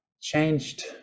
changed